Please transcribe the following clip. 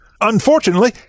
Unfortunately